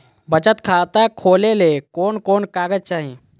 बचत खाता खोले ले कोन कोन कागज चाही?